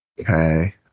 Okay